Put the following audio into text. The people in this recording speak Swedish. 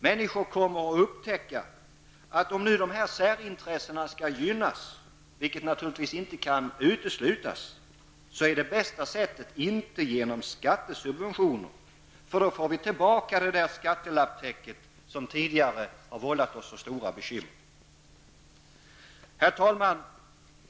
Människor kommer att upptäcka att om nu dessa särintressen skall gynnas -- vilket naturligtvis inte kan uteslutas -- så är det bästa sättet inte skattesubventioner, för då får vi tillbaka det skattelapptäcke som tidigare har vållat oss så stora bekymmer. Herr talman!